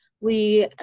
we,